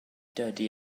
dydy